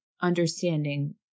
understanding